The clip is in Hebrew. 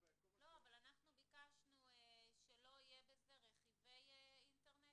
אבל אנחנו ביקשנו שלא יהיו בזה רכיבי אינטרנט?